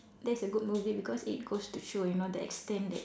that's a good movie because it goes to show you know the extent that